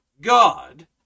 god